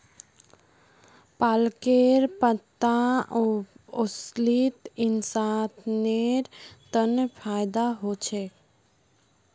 पालकेर पत्ता असलित इंसानेर तन फायदा ह छेक